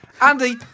Andy